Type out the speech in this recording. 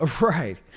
Right